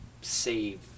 save